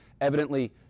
evidently